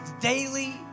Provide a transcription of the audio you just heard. daily